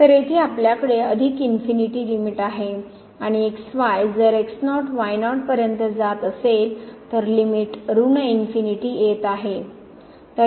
तर येथे आपल्याकडे अधिक इन्फिनीटी लिमिटआहे आणि जर पर्यंत जात असेल तर लिमिट ऋण इन्फिनीटी येत आहे